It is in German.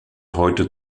heute